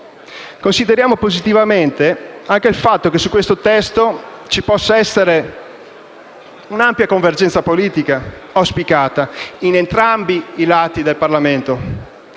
Consideriamo positivamente anche il fatto che su questo testo ci possa essere un'ampia convergenza politica, auspicata in entrambi i rami del Parlamento,